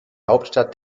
hauptstadt